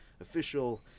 official